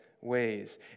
Ways